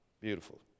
Beautiful